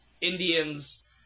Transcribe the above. Indians